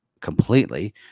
completely